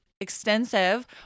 extensive